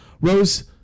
Rose